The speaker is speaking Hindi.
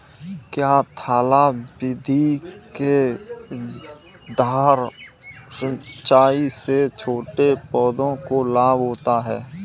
क्या थाला विधि के द्वारा सिंचाई से छोटे पौधों को लाभ होता है?